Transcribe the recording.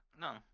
No